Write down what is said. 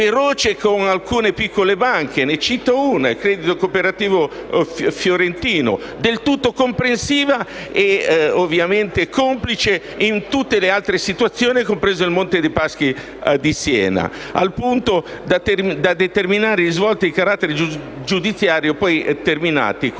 feroce con alcune piccole banche - ne cito una, il Credito cooperativo fiorentino - ma del tutto comprensiva e ovviamente complice in tutte le altre situazioni, compreso il Monte dei Paschi di Siena, al punto da determinare i risvolti di carattere giudiziario poi terminati